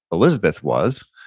elizabeth, was,